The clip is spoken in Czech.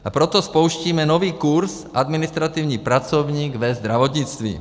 A proto spouštíme nový kurz administrativní pracovník ve zdravotnictví.